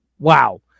Wow